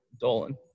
Dolan